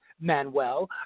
Manuel